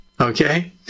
okay